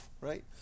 right